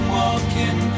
walking